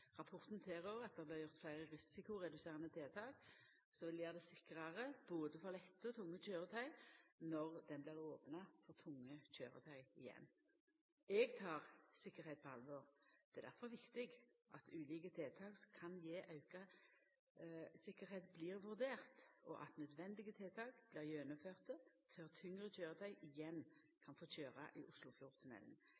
Rapporten tilrår at det blir gjort fleire risikoreduserande tiltak som vil gjera det sikrare for både lette og tunge køyretøy når han blir opna for tunge køyretøy igjen. Eg tek tryggleik på alvor. Det er difor viktig at ulike tiltak som kan gje auka tryggleik, blir vurderte, og at nødvendige tiltak blir gjennomførde før tyngre køyretøy igjen